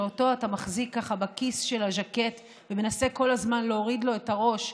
שאותו אתה מחזיק בכיס של הז'קט ומנסה כל הזמן להוריד לו את הראש,